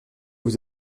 vous